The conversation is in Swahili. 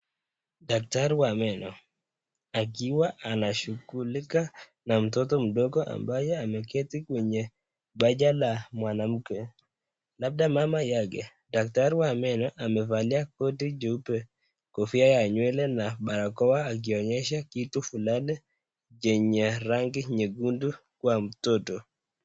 Daktari wa meno akiwa anashughulika na mtoto mdogo ambaye ameketi kwenye paja la mwanamke labda mama yake, daktari wa meno amevalia koti jeupe , kofia ya nywele na barakoa akionyesha kitu fulani chenye rangi nyekundu kwa mtoto.